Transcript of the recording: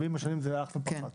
ועם השנים זה הלך ופחת.